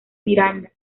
miranda